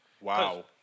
Wow